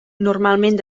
normalment